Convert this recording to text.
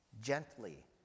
gently